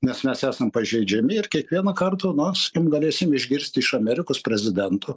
nes mes esam pažeidžiami ir kiekvieną kartą na skim galėsim išgirsti iš amerikos prezidento